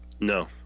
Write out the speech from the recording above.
No